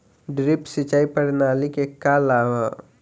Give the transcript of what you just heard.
Drip सिंचाई प्रणाली के का लाभ ह?